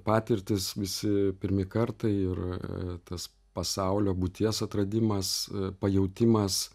patirtys visi pirmi kartai ir tas pasaulio būties atradimas pajautimas